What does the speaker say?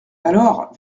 alors